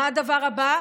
מה הדבר הבא?